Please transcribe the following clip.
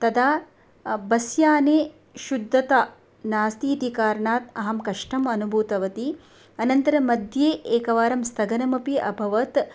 तदा बस्याने शुद्धता नास्ति इति कारणात् अहं कष्टम् अनुभूतवती अनन्तरम्मध्ये एकवारं स्थगनम् अपि अभवत्